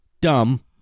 Dumb